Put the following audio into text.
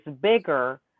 bigger